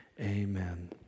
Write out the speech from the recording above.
Amen